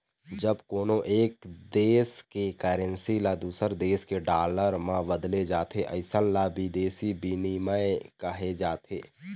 जब कोनो एक देस के करेंसी ल दूसर देस के डॉलर म बदले जाथे अइसन ल बिदेसी बिनिमय कहे जाथे